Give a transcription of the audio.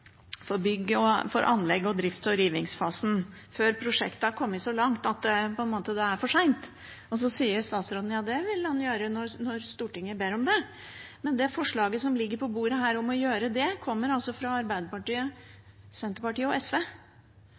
for anleggs- og drifts- og rivingsfasen, før prosjektet har kommet så langt at det er for sent. Da sier statsråden at det vil man gjøre når Stortinget ber om det. Men det forslaget som ligger på bordet her om å gjøre det, kommer altså fra Arbeiderpartiet, Senterpartiet og SV.